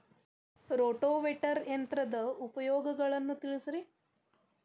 rotavator ಯಂತ್ರದ ಉಪಯೋಗಗಳನ್ನ ತಿಳಿಸಿರಿ